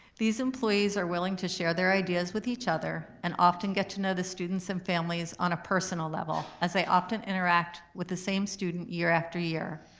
these employees are willing to share their ideas with each other and often get to know the students and families on a personal level as they often interact with the same student year after year.